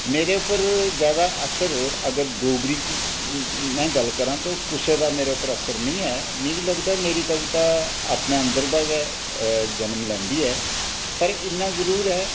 मेरे उप्पर जादा असर अगर डोगरी च में गल्ल करां तां कुसै दा मेरे पर असर निं ऐ मिगी लगदा की मेरी कविता अपने अंदर दा गै जन्म लैंदी ऐ पर इन्ना जरूर ऐ